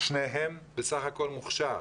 שניהם בסך הכול מוכש"ר,